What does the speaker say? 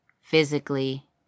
physically